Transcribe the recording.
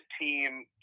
team